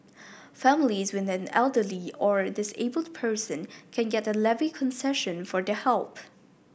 families with an elderly or disabled person can get a levy concession for their help